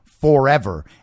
forever